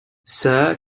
sir